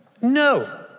No